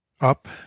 up